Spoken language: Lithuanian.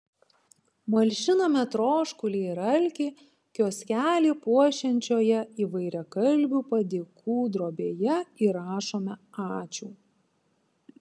malšiname troškulį ir alkį kioskelį puošiančioje įvairiakalbių padėkų drobėje įrašome ačiū